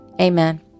Amen